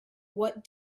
what